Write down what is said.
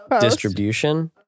distribution